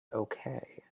okay